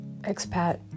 expat